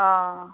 অ